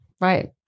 Right